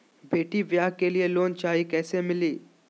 बेटी ब्याह के लिए लोन चाही, कैसे मिली?